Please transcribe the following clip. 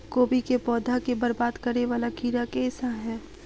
कोबी केँ पौधा केँ बरबाद करे वला कीड़ा केँ सा है?